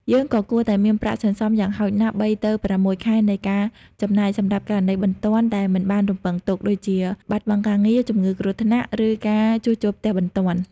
យើងក៏គួរតែមានប្រាក់សន្សំយ៉ាងហោចណាស់ ៣ ទៅ ៦ ខែនៃការចំណាយសម្រាប់ករណីបន្ទាន់ដែលមិនបានរំពឹងទុក ដូចជាបាត់បង់ការងារ ជំងឺគ្រោះថ្នាក់ ឬការជួសជុលផ្ទះបន្ទាន់។